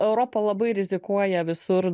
europa labai rizikuoja visur